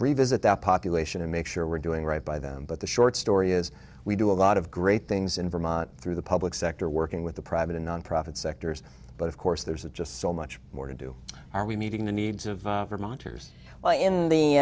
revisit that population and make sure we're doing right by them but the short story is we do a lot of great things in vermont through the public sector working with the private and nonprofit sectors but of course there's a just so much more to do are we meeting the needs of vermonters well in the